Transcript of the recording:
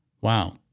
Wow